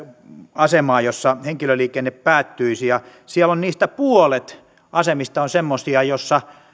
asemaa joissa henkilöliikenne päättyisi ja siellä puolet niistä asemista on semmoisia